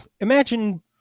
imagine